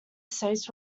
states